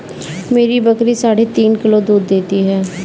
मेरी बकरी साढ़े तीन किलो दूध देती है